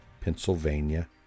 Pennsylvania